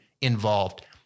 involved